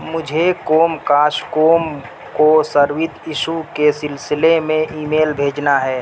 مجھے قوم کاسٹ قوم کو سروس ایشو کے سلسلے میں ای میل بھیجنا ہے